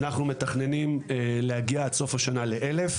אנחנו מתכננים להגיע עד סוף השנה ל-1,000,